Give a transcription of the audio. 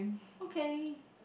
okay